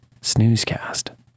snoozecast